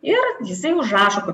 ir jisai užrašo kur